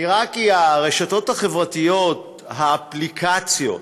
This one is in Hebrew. נראה כי הרשתות החברתיות, האפליקציות,